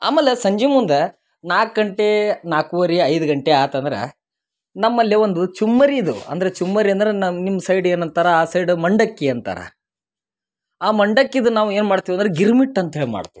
ಆಮೇಲೆ ಸಂಜೆ ಮುಂದೆ ನಾಲ್ಕು ಗಂಟೆ ನಾಲ್ಕುವರೆ ಐದು ಗಂಟೆ ಆತಂದ್ರ ನಮ್ಮಲ್ಲಿ ಒಂದು ಚುಮ್ಮರಿ ಇದು ಅಂದರೆ ಚುಮ್ಮರಿ ಅಂದ್ರ ನಮ್ಮ ನಿಮ್ಮ ಸೈಡ್ ಏನಂತರ ಆ ಸೈಡ್ ಮಂಡಕ್ಕಿ ಅಂತಾರ ಆ ಮಂಡಕ್ಕಿದು ನಾವು ಏನು ಮಾಡ್ತೀವಂದ್ರ ಗಿರ್ಮಿಟ್ ಅಂತ್ಹೇಳಿ ಮಾಡ್ತೀವಿ